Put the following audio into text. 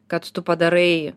kad tu padarai